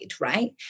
right